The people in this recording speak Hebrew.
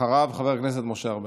אחריו, חבר הכנסת משה ארבל.